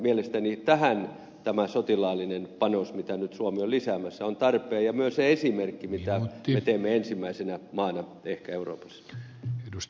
mielestäni tähän tämä sotilaallinen panos mitä nyt suomi on lisäämässä on tarpeen ja myös se esimerkki mitä me teemme ensimmäisenä maana ehkä euroopassa